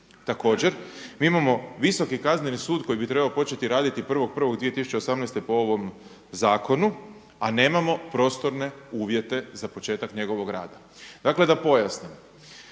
Također, mi imamo Visoki kazneni sud koji bi trebao početi raditi 1.1.2018. po ovom zakonu a nemamo prostorne uvjete za početak njegovog rada. Dakle da pojasnim,